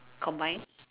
combine